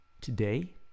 today